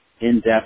in-depth